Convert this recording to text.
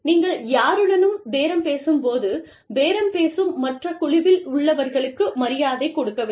நீங்கள் யாருடனும் பேரம் பேசும்போது பேரம் பேசும் மற்ற குழுவில் உள்ளவர்களுக்கு மரியாதை கொடுக்க வேண்டும்